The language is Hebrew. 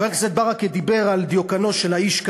חבר הכנסת ברכה דיבר על דיוקנו של האיש,